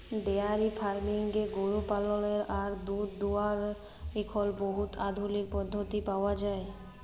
diary ফার্মিংয়ে গরু পাললেরলে আর দুহুদ দুয়ালর এখল বহুত আধুলিক পদ্ধতি পাউয়া যায়